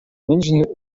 мӗншӗн